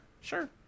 sure